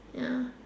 ya